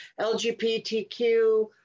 LGBTQ